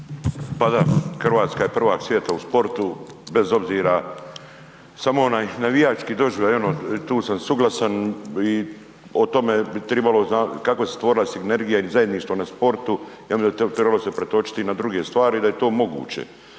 Pa da, Hrvatska je prvak svijeta u sportu, bez obzira, samo onaj navijački doživljaj i ono, tu sam suglasan i o tome bi trebalo kako se stvorila sinergija i zajedništvo na sportu, ja mislim da bi to se trebalo pretočiti i na druge stvari i da je to moguće